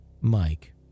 Mike